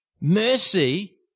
Mercy